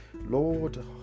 Lord